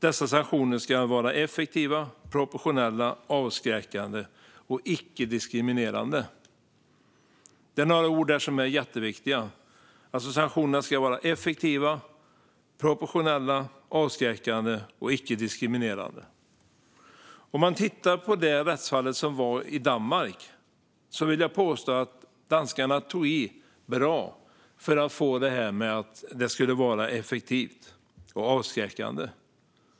Dessa sanktioner skall vara effektiva, proportionella, avskräckande och icke-diskriminerande." Det är några ord där som är jätteviktiga. Sanktionerna ska vara effektiva, proportionella, avskräckande och icke-diskriminerande. Om man tittar på det rättsfall som var i Danmark vill jag påstå att danskarna tog i bra för att få det att vara effektivt och avskräckande.